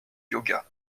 yoga